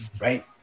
right